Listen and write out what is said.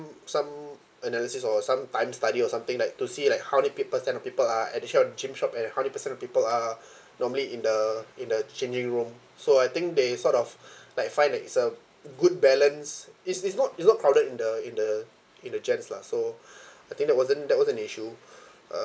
some analysis or some time study or something like to see like how many pe~ percent of people are at the side of gym shop and how many percent of people are normally in the in the changing room so I think they sort of like find it's a good balance it's it's not it's not crowded in the in the in the gents lah so I think that wasn't that wasn't an issue uh